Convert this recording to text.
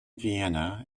vienna